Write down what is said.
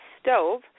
stove